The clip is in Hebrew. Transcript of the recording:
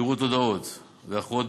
שירות הודעות ואחרים.